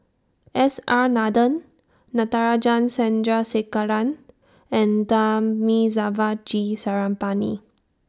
S R Nathan Natarajan Chandrasekaran and Thamizhavel G Sarangapani